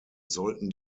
sollten